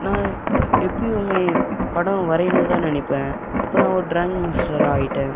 நான் எப்போயுமே படம் வரையணுன்னு தான் நினைப்பேன் இப்போ நான் ஒரு ட்ராயிங் மாஸ்டராயிட்டேன்